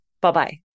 Bye-bye